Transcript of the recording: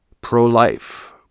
pro-life